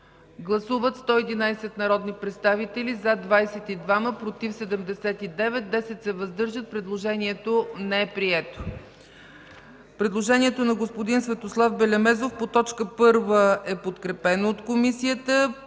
Гласували 111 народни представители: за 22, против 79, въздържали се 10. Предложението не е прието. Предложението на господин Светослав Белемезов по т. 1 е подкрепено от Комисията.